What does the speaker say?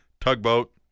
tugboat